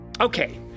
Okay